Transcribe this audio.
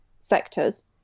sectors